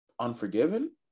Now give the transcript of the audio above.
Unforgiven